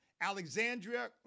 Alexandria